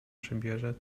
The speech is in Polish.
przebierze